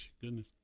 goodness